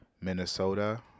Minnesota